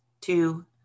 two